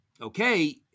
okay